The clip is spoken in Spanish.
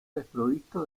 desprovisto